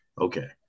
Okay